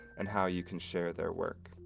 and how you can share their work.